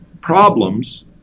problems